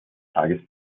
tages